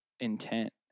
intent